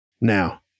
Now